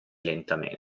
lentamente